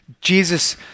Jesus